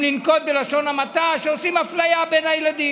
אם לנקוט לשון המעטה, שעושים אפליה בין הילדים,